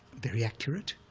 very accurate,